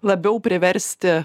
labiau priversti